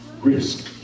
risk